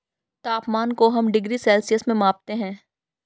तापमान को हम डिग्री सेल्सियस में मापते है